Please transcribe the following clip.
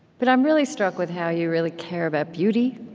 but i'm really struck with how you really care about beauty.